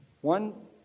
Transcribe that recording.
One